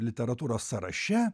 literatūros sąraše